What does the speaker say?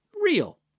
real